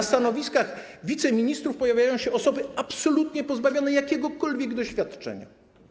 na stanowiskach wiceministrów pojawiają się osoby absolutnie pozbawione jakiegokolwiek doświadczenia?